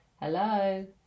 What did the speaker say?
Hello